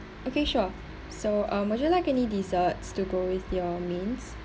okay sure so um would you like any deserts to go with your mains